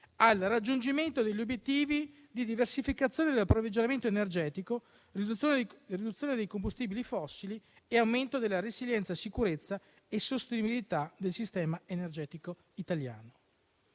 al raggiungimento degli obiettivi di diversificazione dell'approvvigionamento energetico, riduzione dei combustibili fossili e aumento della resilienza, sicurezza e sostenibilità del sistema energetico italiano.